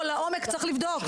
צריך לבדוק,